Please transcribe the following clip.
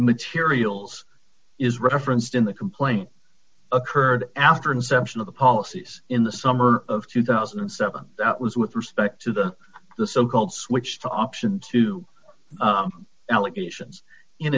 materials is referenced in the complaint occurred after inception of the policies in the summer of two thousand and seven that was with respect to the the so called switched option to allegations in